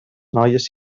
noies